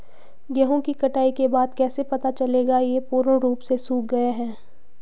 गेहूँ की कटाई के बाद कैसे पता चलेगा ये पूर्ण रूप से सूख गए हैं?